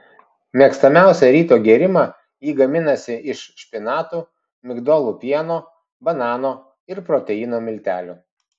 mėgstamiausią ryto gėrimą ji gaminasi iš špinatų migdolų pieno banano ir proteino miltelių